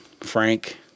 Frank